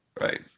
Right